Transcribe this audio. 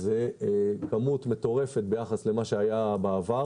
זו כמות מטורפת ביחס למה שהיה בעבר.